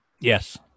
Yes